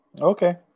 okay